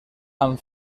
amb